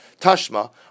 Tashma